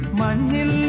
manil